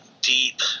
deep